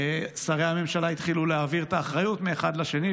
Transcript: שרי הממשלה התחילו להעביר את האחריות מאחד לשני,